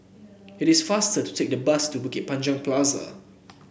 it is faster to take the bus to Bukit Panjang Plaza